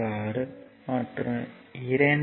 46 மற்றும் 2